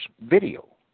video